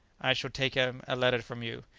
i shall take him a letter from you.